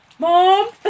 Mom